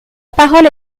parole